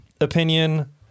Opinion